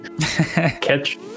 catch